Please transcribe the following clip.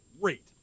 great